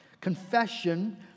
confession